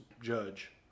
judge